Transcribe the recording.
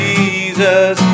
Jesus